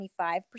25%